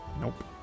Nope